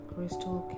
Crystal